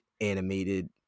animated